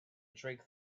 drink